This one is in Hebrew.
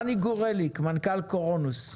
רני גורליק, מנכ"ל קורונוס.